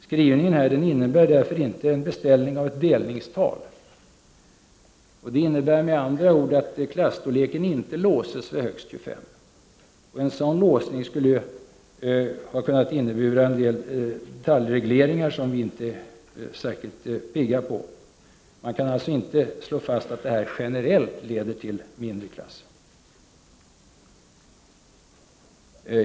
Skrivningen innebär därför inte en beställning av ett delningstal. Det betyder med andra ord att klasstorleken inte låses till högst 25. En låsning skulle ju kunna medföra en del detaljregleringar som vi inte är särskilt pigga på. Man kan alltså inte slå fast att det här generellt leder till mindre klasser.